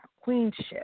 queenship